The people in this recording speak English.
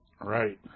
Right